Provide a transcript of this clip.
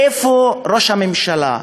איפה ראש הממשלה?